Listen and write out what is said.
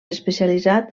especialitzat